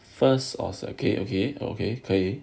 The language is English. first of okay okay okay 可以